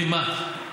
בלימה.